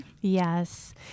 Yes